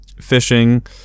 fishing